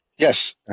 Yes